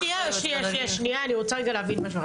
אני רוצה רגע להבין משהו,